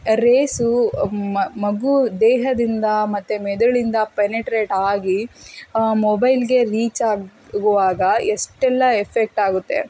race ಮಗು ದೇಹದಿಂದ ಮತ್ತು ಮೆದುಳಿಂದ ಪೆನೆಟ್ರೇಟಾಗಿ ಮೊಬೈಲಿಗೆ ರೀಚಾಗುವಾಗ ಎಷ್ಟೆಲ್ಲ ಎಫೆಕ್ಟಾಗುತ್ತೆ